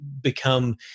become